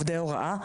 עובדי הוראה,